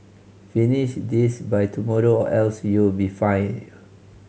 finish this by tomorrow or else you'll be fired